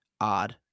Odd